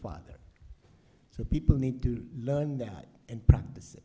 father so people need to learn that and practice